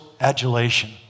adulation